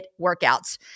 workouts